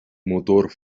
motor